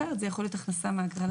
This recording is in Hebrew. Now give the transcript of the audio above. אחרת, זה יכול להיות הכנסה מהגרלה.